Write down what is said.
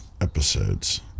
episodes